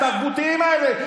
התרבותיים האלה,